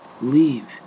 leave